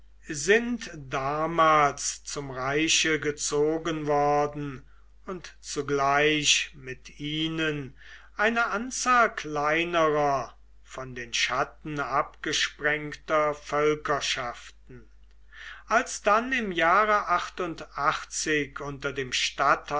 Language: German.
sind damals zum reiche gezogen worden und zugleich mit ihnen eine anzahl kleinerer von den chatten abgesprengter völkerschaften als dann im jahre unter dem